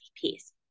piece